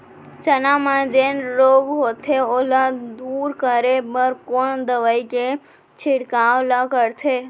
चना म जेन रोग होथे ओला दूर करे बर कोन दवई के छिड़काव ल करथे?